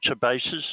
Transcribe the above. bases